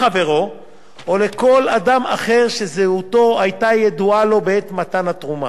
לחברו או לכל אדם אחר שזהותו היתה ידועה לו בעת מתן התרומה.